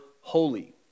holy